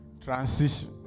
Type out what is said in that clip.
Transition